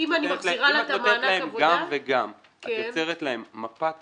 נותנת להן גם וגם, את יוצרת להן מפת